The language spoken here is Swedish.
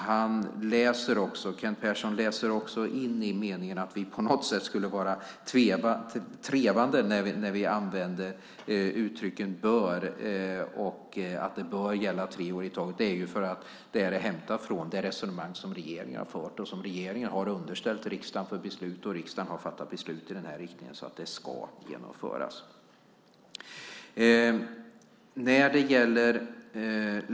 Kent Persson läser in i meningen att vi på något sätt skulle vara trevande när vi använder uttrycket "bör" och skriver att detta bör gälla tre år i taget. Det beror på att detta är hämtat från det resonemang som regeringen har fört och underställt riksdagen för beslut. Riksdagen har sedan fattat beslut i den riktningen, så det ska genomföras.